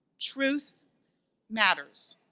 truth matters.